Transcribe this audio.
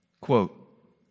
quote